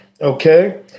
Okay